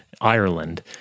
Ireland